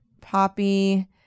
Poppy